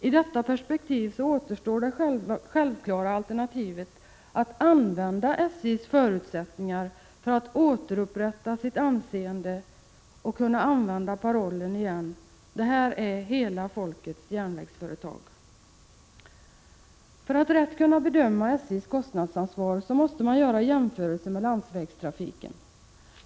I detta perspektiv återstår det självklara alternativet att använda SJ:s förutsättningar för att återupprätta sitt anseende och åter kunna använda parollen ”hela folkets järnvägsföretag”. För att rätt kunna bedöma SJ:s kostnadsansvar måste vi göra jämförelser med landsvägstrafiken.